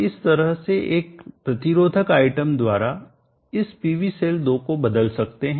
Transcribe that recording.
हम इस तरह से एक प्रतिरोधक आइटम द्वारा इस PV सेल 2 को बदल सकते हैं